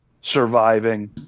surviving